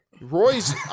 Roy's